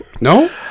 No